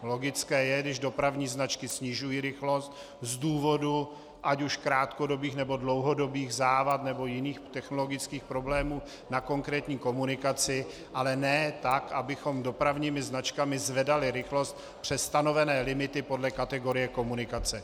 Logické je, když dopravní značky snižují rychlost z důvodů ať už krátkodobých, nebo dlouhodobých závad nebo jiných technologických problémů na konkrétní komunikaci, ale ne tak, abychom dopravními značkami zvedali rychlost přes stanovené limity podle kategorie komunikace.